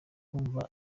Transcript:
yumva